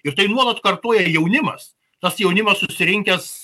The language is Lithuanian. ir tai nuolat kartoja jaunimas tas jaunimas susirinkęs